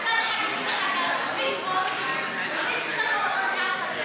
בעד, 33 חברי